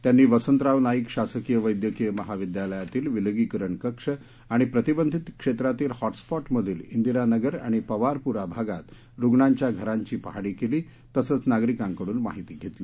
त्यांनी वसंतराव नाईक शासकीय वैद्यकीय महाविद्यालयातील विलगीकरण कक्ष आणि प्रतिबंधित क्षेत्रातील हॅटस्पॉट मधील इंदिरानगर आणि पवारपूरा भागात रुग्णांच्या घरांची पाहणी केली तसंच नागरिकांकडून माहिती घेतली